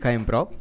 improv